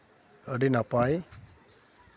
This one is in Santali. ᱟᱹᱰᱤ ᱱᱟᱯᱟᱭ